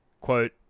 quote